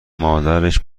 مادرش